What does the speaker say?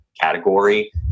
category